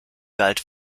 galt